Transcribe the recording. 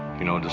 you know, just